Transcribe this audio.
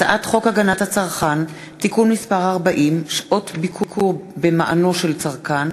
הצעת חוק הגנת הצרכן (תיקון מס' 40) (שעות ביקור במענו של צרכן),